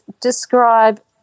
describe